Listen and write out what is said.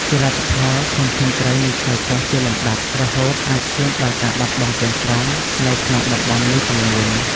ជាលទ្ធផល ធនធានត្រីនឹងថយចុះជាលំដាប់ រហូតអាចឈានដល់ការបាត់បង់ទាំងស្រុងនៅក្នុងតំបន់មួយចំនួន។